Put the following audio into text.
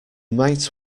might